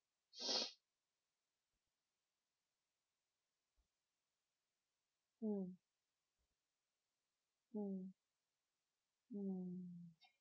mm mm mm